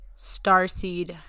starseed